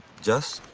just.